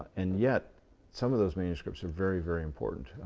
and yet some of those manuscripts are very, very important.